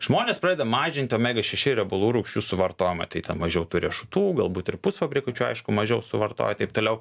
žmonės pradeda mažinti omega šeši riebalų rūgščių suvartojimą tai ten mažiau tų riešutų galbūt ir pusfabrikačių aišku mažiau suvartoja taip toliau